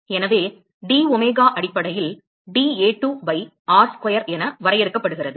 எனவே d omega அடிப்படையில் dA2 pi r square என வரையறுக்கப்படுகிறது